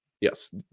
yes